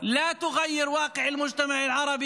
דבר לסנוואר,